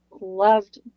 loved